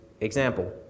example